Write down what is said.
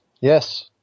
Yes